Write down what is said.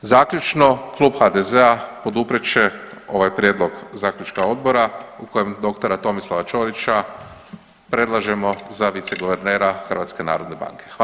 Zaključno, klub HDZ-a poduprijet će ovaj prijedlog zaključka odbora u kojem dr. Tomislava Ćorića predlažemo za viceguvernera HNB-a.